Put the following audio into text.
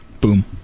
boom